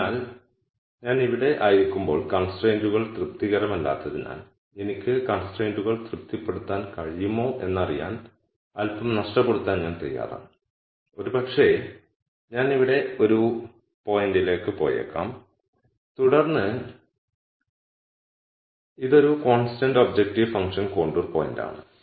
അതിനാൽ ഞാൻ ഇവിടെ ആയിരിക്കുമ്പോൾ കൺസ്ട്രയിനുകൾ തൃപ്തികരമല്ലാത്തതിനാൽ എനിക്ക് കൺസ്ട്രയിനുകൾ തൃപ്തിപ്പെടുത്താൻ കഴിയുമോ എന്നറിയാൻ അൽപ്പം നഷ്ടപ്പെടുത്താൻ ഞാൻ തയ്യാറാണ് ഒരുപക്ഷേ ഞാൻ ഇവിടെ ഒരു പോയിന്റിലേക്ക് പോയേക്കാം തുടർന്ന് ഇതൊരു കോൺസ്റ്റന്റ് ഒബ്ജക്റ്റീവ് ഫംഗ്ഷൻ കോണ്ടൂർ പോയിന്റാണ്